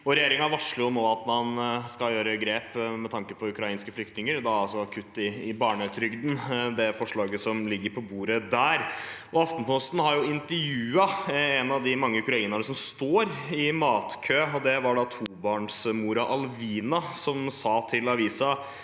Regjeringen varsler nå at man skal gjøre grep med tanke på ukrainske flyktninger, og da er kutt i barnetrygden forslaget som ligger på bordet der. Aftenposten har intervjuet en av de mange ukrainerne som står i matkø. Det var tobarnsmora Alvina, som sa til avisen: